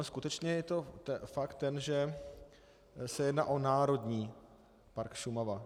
Skutečně je faktem, že se jedná o Národní park Šumava.